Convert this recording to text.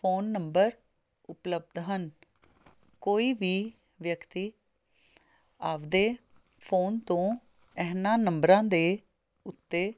phone number ਉਪਲਬਧ ਹਨ ਕੋਈ ਵੀ ਵਿਅਕਤੀ ਆਪਦੇ ਫੋਨ ਤੋਂ ਇਹਨਾਂ ਨੰਬਰਾਂ ਦੇ ਉੱਤੇ